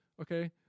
okay